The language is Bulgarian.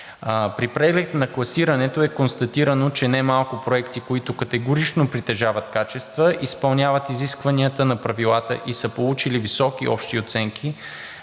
При преглед на класирането е констатирано, че немалко проекти, които категорично притежават качества, изпълняват изискванията на правилата и са получили високи общи оценки,